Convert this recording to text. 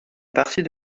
partie